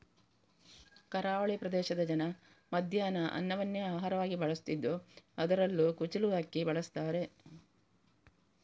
ಕರಾವಳಿ ಪ್ರದೇಶದ ಜನ ಮಧ್ಯಾಹ್ನ ಅನ್ನವನ್ನೇ ಆಹಾರವಾಗಿ ಬಳಸ್ತಿದ್ದು ಅದ್ರಲ್ಲೂ ಕುಚ್ಚಿಲು ಅಕ್ಕಿ ಬಳಸ್ತಾರೆ